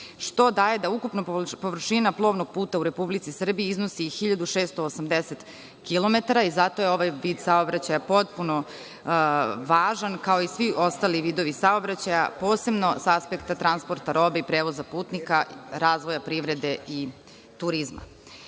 što daje da ukupna površina plovnog puta u Republici Srbiji iznosi 1.680 kilometara i zato je ovaj vid saobraćaja potpuno važan kao i svi ostali vidovi saobraćaja posebno sa aspekta transporta robe i prevoza putnika, razvoja privrede i